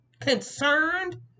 concerned